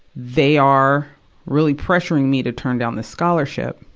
they are really pressuring me to turn down this scholarship.